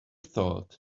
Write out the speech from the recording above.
thought